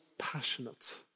passionate